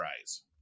eyes